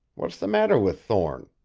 what's the matter with thorne?